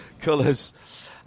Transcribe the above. colours